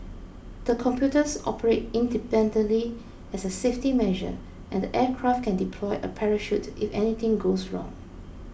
the computers operate independently as a safety measure and the aircraft can deploy a parachute if anything goes wrong